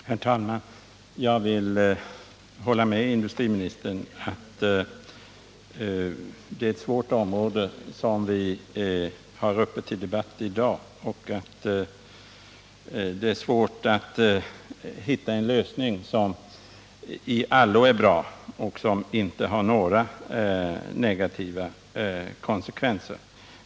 Herr talman! Jag vill hålla med industriministern om att det är ett svårt område som vi har uppe till debatt i dag och att det är svårt att hitta en lösning som i allo är bra och som inte får några negativa konsekvenser.